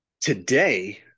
today